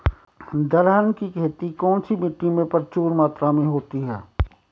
दलहन की खेती कौन सी मिट्टी में प्रचुर मात्रा में होती है?